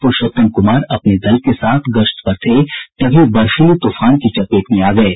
पुरूषोत्तम कुमार अपने दल के साथ गश्त पर थे तभी बर्फीली तूफान की चपेट में आ गये